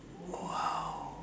!wow!